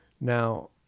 Now